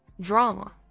Drama